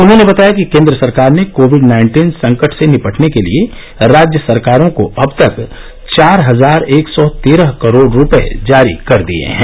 उन्होंने बताया कि केन्द्र सरकार ने कोविड नाइन्टीन संकट से निपटने के लिए राज्य सरकारों को अब तक चार हजार एक सौ तेरह करोड़ रूपये जारी कर दिए हैं